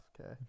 Okay